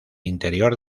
interior